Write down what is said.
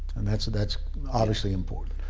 and that's that's obviously important.